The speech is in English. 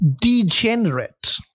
degenerate